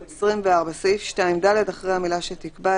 24. בסעיף 2(ד) אחרי המילה: "שתיקבע",